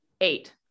Eight